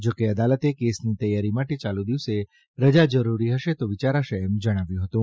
જા કે અદાલતે કેસની તૈયારી માટે યાલુ દિવસે રજા જરૂરી હશે તો વિચારશે એમ જણાવ્યું હતું